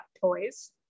toys